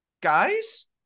Guys